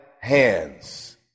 hands